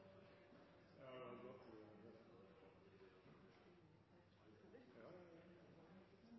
Jeg har lyst til